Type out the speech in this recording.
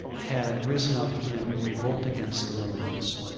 had risen up in revolt against the romans.